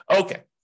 Okay